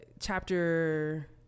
Chapter